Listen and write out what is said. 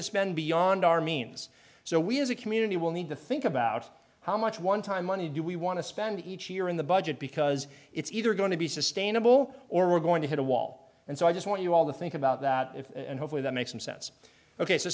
to spend beyond our means so we as a community will need to think about how much one time money do we want to spend each year in the budget because it's either going to be sustainable or we're going to hit a wall and so i just want you all the think about that if and hopefully that makes some sense ok so